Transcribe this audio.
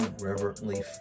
reverently